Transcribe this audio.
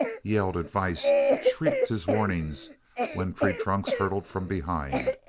yelled advice, shrieked his warnings when treetrunks hurtled from behind.